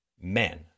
men